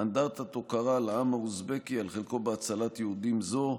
אנדרטת הוקרה לעם האוזבקי על חלקו בהצלת יהודים זו.